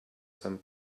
some